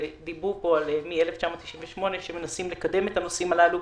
ודיברו פה על מ-1998 שמנסים לקדם את הנושאים הללו.